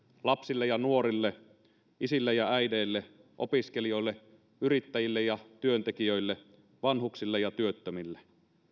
lapsille ja nuorille isille ja äideille opiskelijoille yrittäjille ja työntekijöille vanhuksille ja työttömille